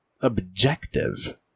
objective